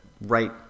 right